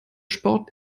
sport